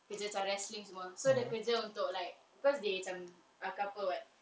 kerja cara wrestling semua so kerja untuk like because they macam ah couple [what]